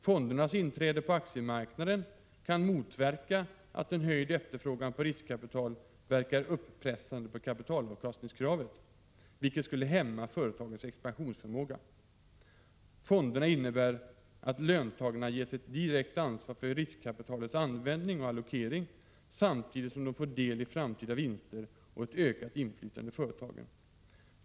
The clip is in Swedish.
Fondernas inträde på aktiemarknaden kan motverka att en höjd efterfrågan på riskkapital verkar uppressande på kapitalavkastningskravet, vilket skulle hämma företagens expansionsförmåga. Fonderna innebär att löntagarna ges ett direkt ansvar för riskkapitalets användning och allokering samtidigt som de får del i framtida vinster och ett ökat inflytande i företagen.